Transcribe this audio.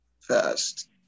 fast